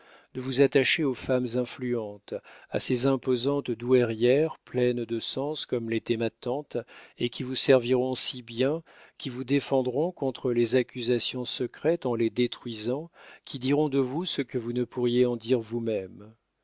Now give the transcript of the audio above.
de vous attacher aux femmes influentes à ces imposantes douairières pleines de sens comme l'était ma tante et qui vous serviront si bien qui vous défendront contre les accusations secrètes en les détruisant qui diront de vous ce que vous ne pourriez en dire vous-même